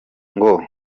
ngo